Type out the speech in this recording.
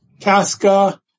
Casca